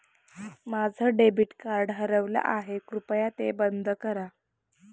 माझं debit card हरवलं आहे, कृपया ते बंद करा